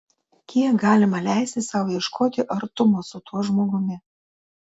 kiek galima leisti sau ieškoti artumo su tuo žmogumi